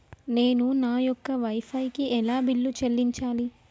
నేను నా యొక్క వై ఫై కి ఎలా బిల్లు చెల్లించాలి?